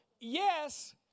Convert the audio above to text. Yes